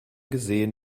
gesehen